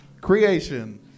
Creation